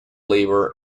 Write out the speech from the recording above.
labour